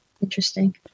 Interesting